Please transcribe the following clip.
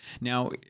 now